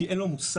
כי אין לו מושג,